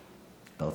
להסביר.